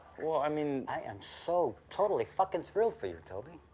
well, i mean i am so totally fuckin' thrilled for you, and toby.